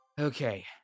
Okay